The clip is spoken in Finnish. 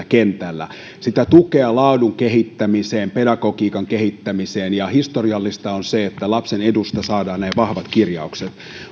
kentällä sitä tukea laadun kehittämiseen pedagogiikan kehittämiseen ja historiallista on se että lapsen edusta saadaan näin vahvat kirjaukset